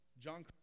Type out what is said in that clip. John